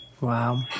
Wow